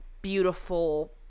beautiful